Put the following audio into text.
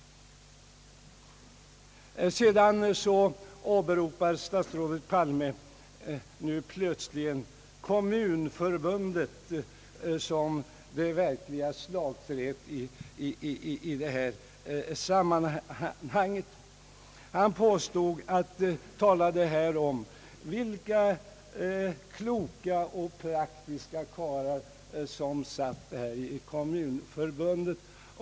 Vidare åberopar statsrådet Palme här plötsligen Kommunförbundet som det verkliga slagträt i detta sammanhang. Han talade om vilka kloka och praktiska karlar som finns i detta förbund.